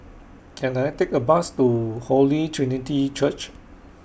Can I Take A Bus to Holy Trinity Church